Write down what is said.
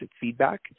feedback